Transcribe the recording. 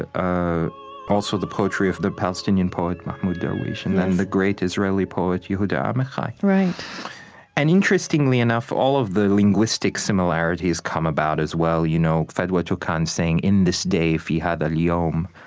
and ah also, the poetry of the palestinian poet mahmoud darwish. and then the great israeli poet yehuda amichai right and interestingly enough, all of the linguistic similarities come about as well, you know fadwa tuqan saying, in this day, fi hatha al-yom,